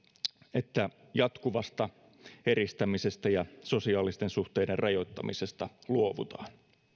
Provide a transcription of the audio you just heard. että jatkuvasta eristämisestä ja sosiaalisten suhteiden rajoittamisesta luovutaan